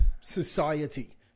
society